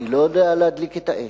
אני לא יודע להדליק את האש,